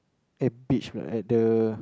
at beach or at the